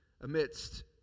Amidst